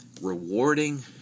rewarding